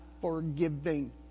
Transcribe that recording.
forgiving